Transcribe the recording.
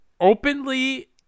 Openly